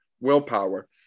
willpower